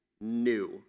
new